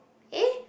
eh